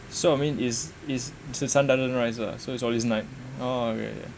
so I mean is is the sun doesn't rise lah so it's always night oh okay okay